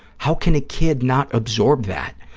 how can a kid not absorb that,